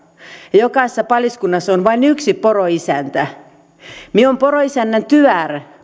ja jokaisessa paliskunnassa on vain yksi poroisäntä minä olen poroisännän tytär